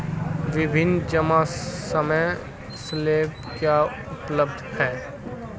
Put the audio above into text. विभिन्न जमा समय स्लैब क्या उपलब्ध हैं?